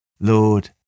Lord